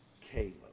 Caleb